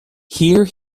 here